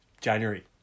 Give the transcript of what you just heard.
January